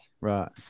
Right